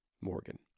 Morgan